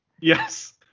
Yes